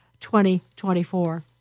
2024